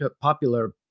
popular